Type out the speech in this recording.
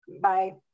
Bye